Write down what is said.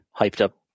hyped-up